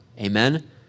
amen